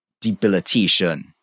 debilitation